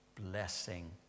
blessing